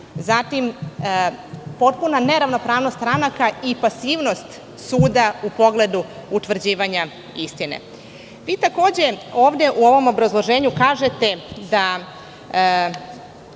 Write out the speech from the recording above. zatim, potpuna neravnopravnost stranaka i pasivnost suda u pogledu utvrđivanja istine. Takođe, ovde u ovom obrazloženju kažete –